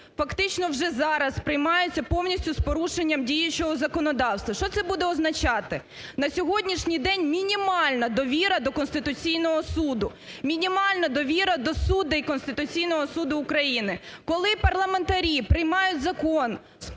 фактично вже зараз приймається повністю з порушенням діючого законодавства. Що це буде означати? На сьогоднішній день мінімальна довіра до Конституційного Суду. Мінімальна довіра до суддів Конституційного Суду України. Коли парламентарі приймають закон з порушенням